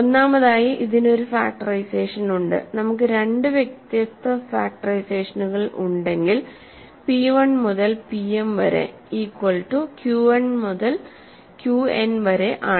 ഒന്നാമതായി ഇതിന് ഒരു ഫാക്ടറൈസേഷൻ ഉണ്ട് നമുക്ക് രണ്ട് വ്യത്യസ്ത ഫാക്ടറൈസേഷനുകൾ ഉണ്ടെങ്കിൽ p 1 മുതൽ pm വരെ ഈക്വൽ റ്റു q 1 മുതൽ qn വരെ ആണ്